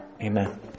amen